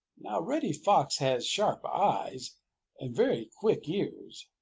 now reddy fox has sharp eyes and very quick ears.